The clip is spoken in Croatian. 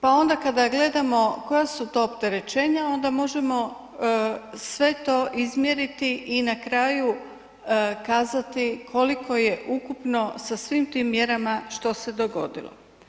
Pa onda kada gledamo koja su to opterećenja onda možemo sve to izmjeriti i na kraju kazati koliko je ukupno sa svim tim mjerama što se dogodilo.